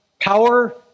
power